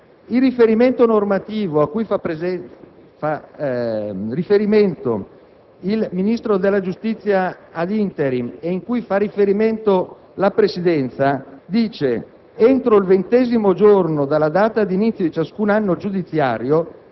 Il riferimento normativo cui fa riferimento il Ministro della giustizia *ad* *interim* e al quale fa riferimento la Presidenza prevede quanto segue: «Entro il ventesimo giorno dalla data di inizio di ciascun anno giudiziario,